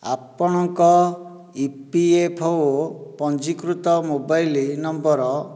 ଆପଣଙ୍କ ଇପିଏଫ୍ଓ ପଞ୍ଜୀକୃତ mobile number